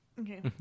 Okay